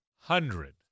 hundred